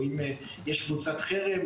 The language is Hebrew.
או אם יש קבוצת חרם,